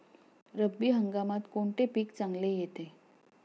रब्बी हंगामात कोणते पीक चांगले येते?